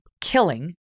killing